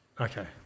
Okay